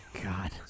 God